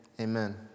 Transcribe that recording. amen